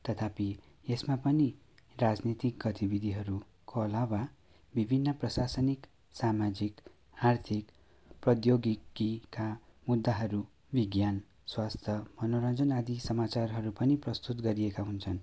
तथापि यसमा पनि राजनीतिक गतिविधिहरूको अलवा विभिन्न प्रशासनिक सामाजिक आर्थिक प्रद्यौगिकीका मुद्दाहरू विज्ञान स्वास्थ्य मनोरञ्जन आदि समाचारहरू पनि प्रस्तुत गरिएका हुन्छन्